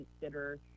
consider